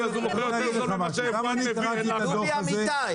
--- גם אני קראתי את הדוח הזה --- דובי אמיתי,